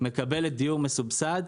מקבלת דיור מסובסד,